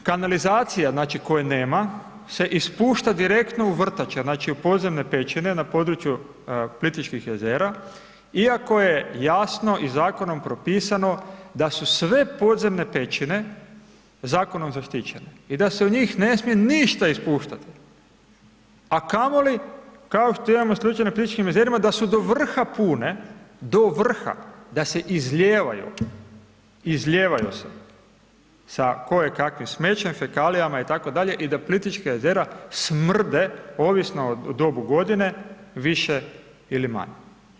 Štoviše, kanalizacija znači koje nema se ispušta direktno u vrtače, znači u podzemne pećine na području Plitvičkih jezera iako je jasno i zakonom propisano da su sve podzemne pećine zakonom zaštićene i da se u njih ne smije ništa ispuštati, a kamoli kao što imamo slučaj na Plitvičkim jezerima da su do vrha pune, do vrha, da se izlijevaju, izlijevaju se sa koje kakvim smećem, fekalijama itd. i da Plitvička jezera smrde ovisno o dobu godine, više ili manje.